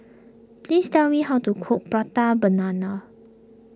please tell me how to cook Prata Banana